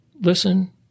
listen